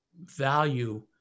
value